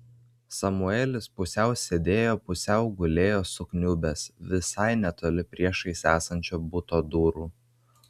samuelis pusiau sėdėjo pusiau gulėjo sukniubęs visai netoli priešais esančio buto durų